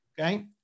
Okay